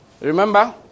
Remember